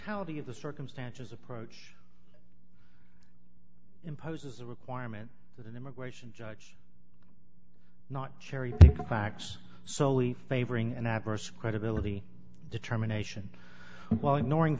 how do you the circumstances approach imposes the requirement that an immigration judge cherry pick the facts soley favoring an adverse credibility determination while ignoring